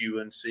UNC